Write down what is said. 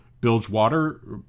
bilgewater